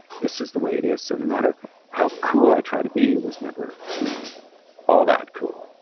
this is the way it is. so no matter how cool i try to be, it was never you know all that cool.